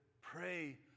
pray